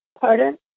Pardon